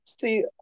see